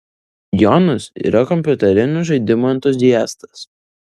jonas yra kompiuterinių žaidimų entuziastas